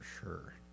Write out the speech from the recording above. sure